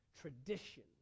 tradition